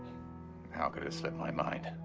how could it slip my mind?